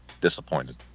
disappointed